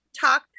Talk